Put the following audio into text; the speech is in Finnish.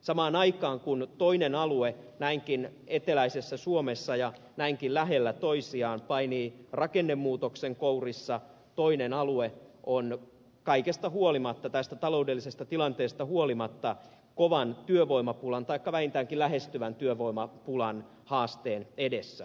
samaan aikaan kun toinen alue näinkin eteläisessä suomessa ja näinkin lähellä toista painii rakennemuutoksen kourissa toinen alue on kaikesta huolimatta tästä taloudellisesta tilanteesta huolimatta kovan työvoimapulan taikka vähintäänkin lähestyvän työvoimapulan haasteen edessä